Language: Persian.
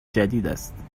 جدیداست